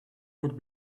would